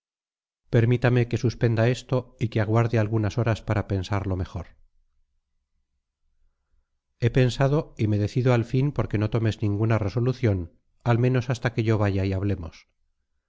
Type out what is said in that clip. permíteme que suspenda esto y que aguarde algunas horas para pensarlo mejor he pensado y me decido al fin por que no tomes ninguna resolución al menos hasta que yo vaya y hablemos